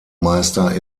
meister